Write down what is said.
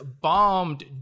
bombed